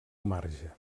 marge